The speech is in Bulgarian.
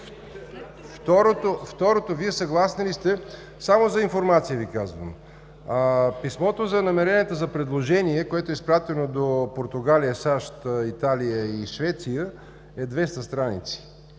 Народното събрание. Само за информация Ви казвам, писмото за намеренията за предложение, което е изпратено до Португалия, САЩ, Италия и Швеция е 200 страници,